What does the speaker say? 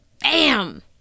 bam